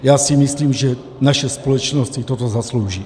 Já si myslím, že naše společnost si toto zaslouží.